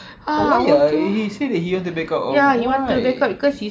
oh why ya he he said he want to back out of right